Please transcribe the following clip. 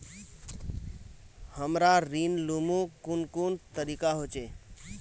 हमरा ऋण लुमू कुन कुन तरीका होचे?